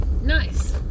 nice